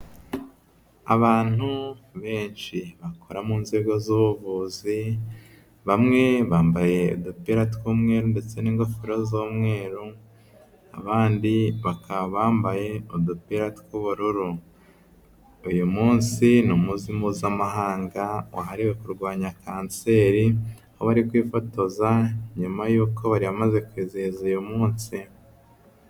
Abantu benshi bakora mu nzego z’ubuvuzi, bamwe bambaye udupira tw’umweru ndetse n’ingofero z’umweru, abandi bakaba bambaye udupira tw’ubururu. Uyu munsi ni umunsi mpuzamahanga wahariwe kurwanya kanseri, aho bari kwifotoza nyuma yuko bari bamaze kwizihiza uyu munsi.